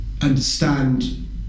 understand